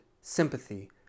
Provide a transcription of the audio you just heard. sympathy